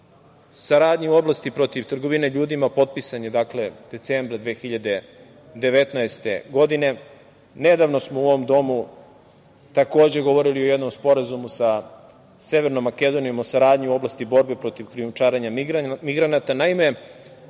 saradnja u oblasti protiv trgovine ljudima, potpisan je 2019. godine. Nedavno smo u ovom domu takođe govorili o jednom sporazumu sa Severnom Makedonijom o saradnji u oblasti borbe protiv krijumčarenja migranata.